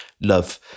love